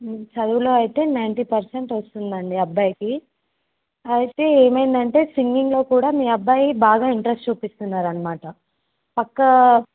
చదువులో అయితే ninety percent వస్తుంది అండి అబ్బాయికి అయితే ఏమైంది అంటే సింగింగ్లో కూడా మీ అబ్బాయి బాగా ఇంట్రస్ట్ చూపిస్తున్నారు అన్నమాట పక్కా